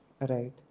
Right